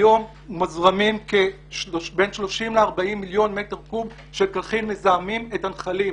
היום מוזרמים בין 30 ל-40 מיליון מטר קוב שפכים שמזהמים את הנחלים.